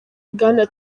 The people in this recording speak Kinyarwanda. bwana